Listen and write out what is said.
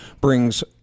brings